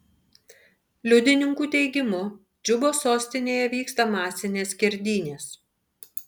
liudininkų teigimu džubos sostinėje vyksta masinės skerdynės